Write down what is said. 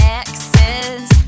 exes